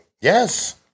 Yes